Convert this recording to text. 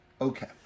Okay